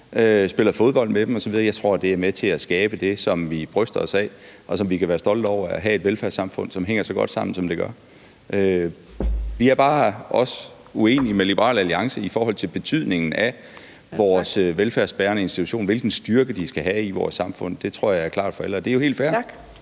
spiller fodbold med dem osv. Jeg tror, det er med til at skabe det, som vi bryster os af, og som vi kan være stolte over, nemlig at have et velfærdssamfund, som hænger så godt sammen, som det gør. Vi er bare også uenige med Liberal Alliance om betydningen af vores velfærdsbærende institutioner, og hvilken styrke de skal have i vores samfund. Det tror jeg er klart for alle, og det er jo helt fair;